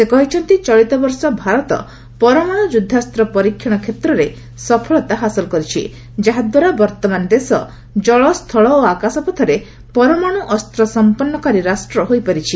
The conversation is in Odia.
ସେ କହିଛନ୍ତି ଚଳିତ ବର୍ଷ ଭାରତ ପରମାଣ୍ଡ ଯୁଦ୍ଧାସ୍ତ୍ର ପରୀକ୍ଷଣ କ୍ଷେତ୍ରେ ସଫଳତା ହାସଲ କରିଛି ଯାହାଦ୍ୱାରା ବର୍ତ୍ତମାନ ଦେଶ ଜଳ ସ୍କୁଳ ଓ ଆକାଶପଥରେ ପରମାଣୁ ଅସ୍ତ୍ର ସଂପନ୍ନକାରୀ ରାଷ୍ଟ୍ର ହୋଇପାରିଛି